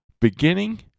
beginning